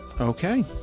Okay